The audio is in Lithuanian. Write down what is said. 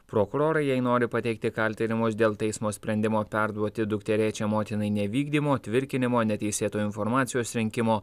prokurorai jai nori pateikti kaltinimus dėl teismo sprendimo perduoti dukterėčią motinai nevykdymo tvirkinimo neteisėto informacijos rinkimo